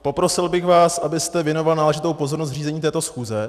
Poprosil bych vás, abyste věnoval náležitou pozornost řízení této schůze.